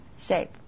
Shape